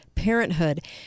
parenthood